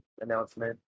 announcement